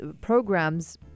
programs